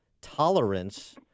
tolerance—